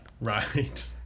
right